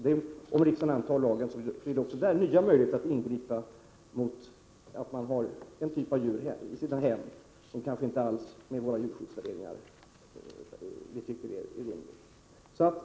Antar riksdagen lagförslaget blir det även på denna punkt möjligt att ingripa och hindra att folk i sina hem har djur som det enligt våra djurskyddsvärderingar inte är lämpligt att ha inomhus.